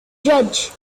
judge